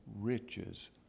riches